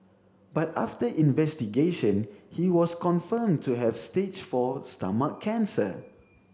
but after investigation he was confirmed to have stage four stomach cancer